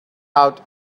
out